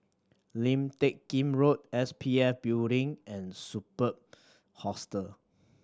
Lim Teck Kim Road S P F Building and Superb Hostel